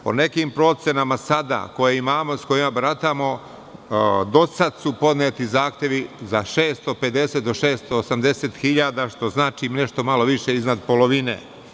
Po nekim procenama sa kojima sada baratamo, do sada su podneti zahtevi za 650.000 do 680.000, što znači nešto malo više iznad polovine.